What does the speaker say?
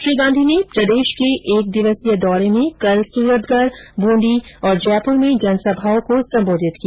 श्री गांधी ने प्रदेष के एक दिवसीय दौरे में कल सूरतगढ बूंदी और जयपुर में जनसभाओं को संबोधित किया